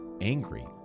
angry